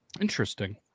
Interesting